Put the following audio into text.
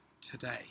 today